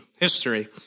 history